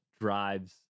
drives